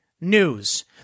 news